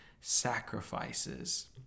sacrifices